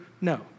no